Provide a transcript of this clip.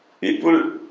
people